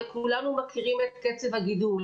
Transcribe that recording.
וכולנו מכירים את קצב הגידול.